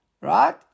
right